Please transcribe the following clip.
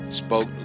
spoke